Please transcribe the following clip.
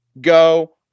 go